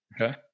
Okay